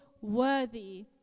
worthy